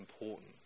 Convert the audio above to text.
important